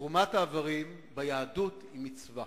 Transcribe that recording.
תרומת האיברים ביהדות היא מצווה: